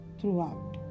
throughout